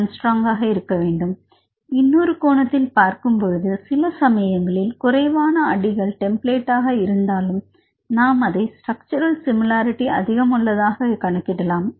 05 A இன்னொரு கோணத்தில் பார்க்கும் பொழுது சிலசமயங்களில் குறைவான அடிகள் டெம்ப்ளேட்தாக இருந்தாலும் நாம் அதை ஸ்டிரக்டுரல் சிமிலரிடி அதிகமுள்ளதாக கணக்கிடலாம்